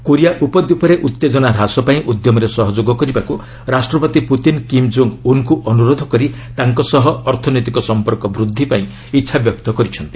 Korea ଉପଦ୍ୱୀପରେ ଉତ୍ତେଜନା ହ୍ରାସ ପାଇଁ ଉଦ୍ୟମରେ ସହଯୋଗ କରିବାକୁ ରାଷ୍ଟ୍ରପତି ପ୍ରତିନ୍ କିମ୍ କଙ୍ଗ୍ ଉନ୍ଙ୍କୁ ଅନୁରୋଧ କରି ତାଙ୍କ ସହ ଅର୍ଥନୈତିକ ସମ୍ପର୍କ ବୃଦ୍ଧି ପାଇଁ ଇଚ୍ଛାବ୍ୟକ୍ତ କରିଛନ୍ତି